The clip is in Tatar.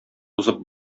узып